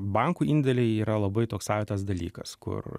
bankų indėliai yra labai toks savitas dalykas kur